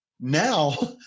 now